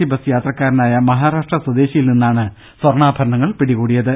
C bus യാത്രക്കാരനായ മഹാരാഷ്ട്ര സ്വദേശിയിൽനിന്നാണ് സ്വർണ്ണാഭരണങ്ങൾ പിടികൂടിയത്